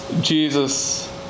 Jesus